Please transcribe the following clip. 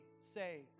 say